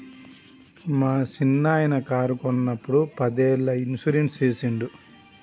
మా సిన్ననాయిన కారు కొన్నప్పుడు పదేళ్ళ ఇన్సూరెన్స్ సేసిండు